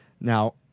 Now